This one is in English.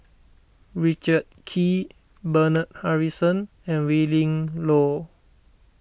Richard Kee Bernard Harrison and Willin Low